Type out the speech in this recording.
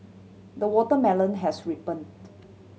the watermelon has ripened